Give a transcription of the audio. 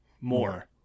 more